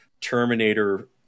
Terminator